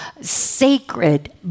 sacred